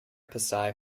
psi